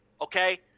Okay